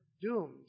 doomed